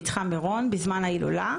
ולא יערוך אירוע נוסף במתחם מירון בזמן ההילולה,